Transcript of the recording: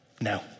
No